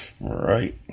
right